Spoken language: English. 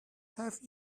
have